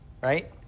right